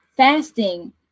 fasting